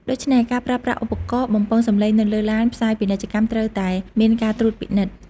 ដូច្នេះ ការប្រើប្រាស់ឧបករណ៍បំពងសម្លេងនៅលើឡានផ្សាយពាណិជ្ជកម្មត្រូវតែមានការត្រួតពិនិត្យ។